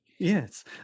Yes